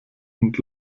und